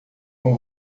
com